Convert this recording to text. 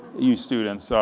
you students. so